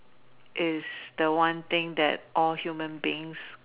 is the one thing that all human beings